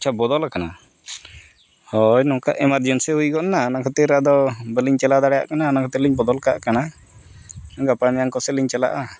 ᱟᱪᱪᱷᱟ ᱵᱚᱫᱚᱞ ᱟᱠᱟᱱᱟ ᱦᱳᱭ ᱱᱚᱝᱠᱟ ᱮᱢᱟᱨᱡᱮᱱᱥᱤ ᱦᱩᱭ ᱜᱚᱫ ᱮᱱᱟ ᱚᱱᱟ ᱠᱷᱟᱹᱛᱤᱨ ᱟᱫᱚ ᱵᱟᱹᱞᱤᱧ ᱪᱟᱞᱟᱣ ᱫᱟᱲᱮᱭᱟᱜ ᱠᱟᱱᱟ ᱚᱱᱟ ᱠᱷᱟᱹᱛᱤᱨ ᱞᱤᱧ ᱵᱚᱫᱚᱞ ᱠᱟᱜ ᱠᱟᱱᱟ ᱜᱟᱯᱟ ᱢᱮᱭᱟᱝ ᱠᱚᱥᱮᱡ ᱞᱤᱧ ᱪᱟᱞᱟᱜᱼᱟ